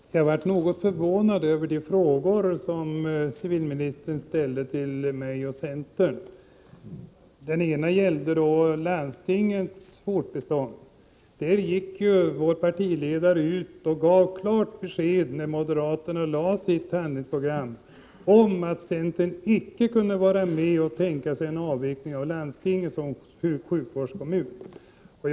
Fru talman! Jag blev något förvånad över de frågor som civilministern ställde till mig och centern. Den ena gällde landstingets fortbestånd. I den frågan gick vår partiledare ut när moderaterna lade fram sitt handlingsprogram och gav klart besked om att centern icke kunde vara med och tänka sig en avveckling av landstinget som sjukvårdskommun.